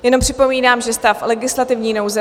Jenom připomínám, že stav legislativní nouze